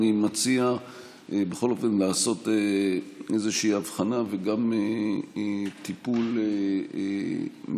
אני מציע בכל אופן לעשות איזושהי הבחנה וגם טיפול מותאם.